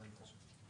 )